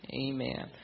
Amen